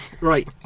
right